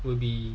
would be